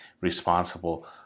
responsible